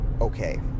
okay